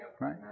right